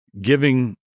giving